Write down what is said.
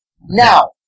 Now